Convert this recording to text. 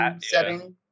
setting